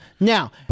Now